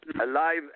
alive